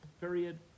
Period